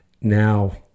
now